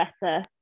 better